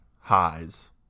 highs